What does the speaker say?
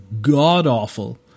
god-awful